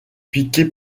piqué